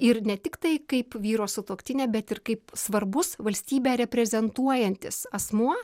ir ne tiktai kaip vyro sutuoktinė bet ir kaip svarbus valstybę reprezentuojantis asmuo